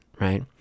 right